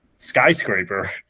skyscraper